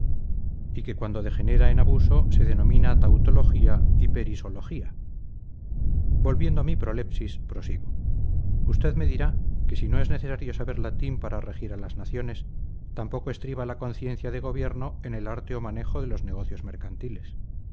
y que cuando degenera en abuso se denomina tautología y perisología volviendo a mi prolepsis prosigo usted me dirá que si no es necesario saber latín para regir a las naciones tampoco estriba la conciencia de gobierno en el arte o manejo de los negocios mercantiles